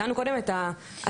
ציינו מקודם את ההסללה.